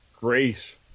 Grace